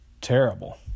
terrible